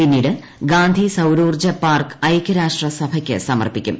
പിന്നീട് ഗാന്ധി സൌരോർജ്ജ പാർക്ക് ഐക്യരാഷ്ട്ര സഭയ്ക്ക് സമർപ്പിക്കും